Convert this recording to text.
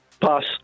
Pass